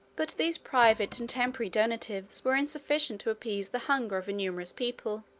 but these private and temporary donatives were insufficient to appease the hunger of a numerous people